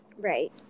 Right